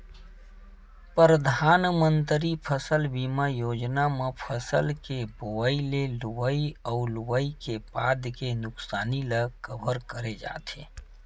परधानमंतरी फसल बीमा योजना म फसल के बोवई ले लुवई अउ लुवई के बाद के नुकसानी ल कभर करे जाथे